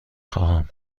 خواهم